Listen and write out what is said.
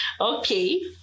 Okay